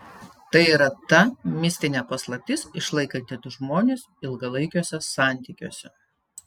tai yra ta mistinė paslaptis išlaikanti du žmones ilgalaikiuose santykiuose